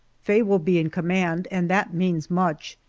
faye will be in command, and that means much,